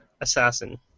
assassin